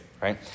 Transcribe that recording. right